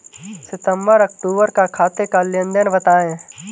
सितंबर अक्तूबर का खाते का लेनदेन बताएं